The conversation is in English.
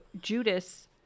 Judas